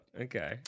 Okay